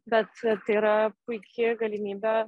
bet tai yra puiki galimybė